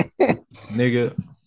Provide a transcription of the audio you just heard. nigga